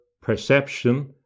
perception